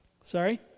Sorry